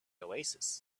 oasis